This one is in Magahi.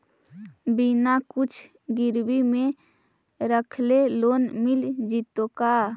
बिना कुछ गिरवी मे रखले लोन मिल जैतै का?